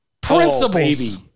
Principles